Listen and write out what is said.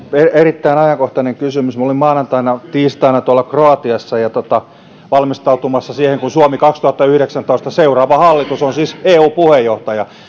erittäin ajankohtainen kysymys minä olin maanantaina ja tiistaina kroatiassa valmistautumassa siihen kun suomi vuonna kaksituhattayhdeksäntoista seuraava hallitus siis on eu puheenjohtaja